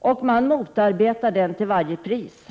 och de motarbetar den till varje pris.